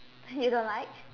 but you don't like